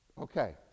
Okay